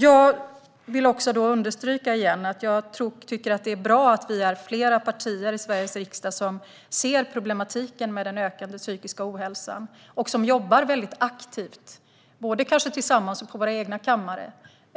Jag vill återigen understryka att det är bra att vi är flera partier i Sveriges riksdag som ser problematiken med den ökande psykiska ohälsan och som jobbar aktivt - kanske både tillsammans och på vår egen kammare -